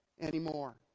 anymore